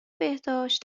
بهداشت